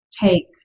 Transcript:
take